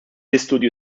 istudju